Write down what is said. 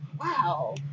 wow